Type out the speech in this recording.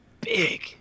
Big